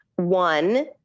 One